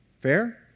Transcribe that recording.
Fair